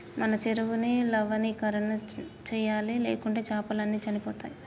మన చెరువుని లవణీకరణ చేయాలి, లేకుంటే చాపలు అన్ని చనిపోతయ్